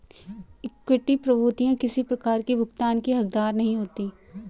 equity प्रभूतियाँ किसी प्रकार की भुगतान की हकदार नहीं होती